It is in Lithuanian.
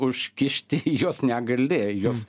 užkišti juos negali juos